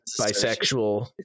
bisexual